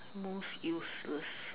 most useless